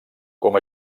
com